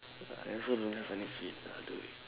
I also don't have any sweet ah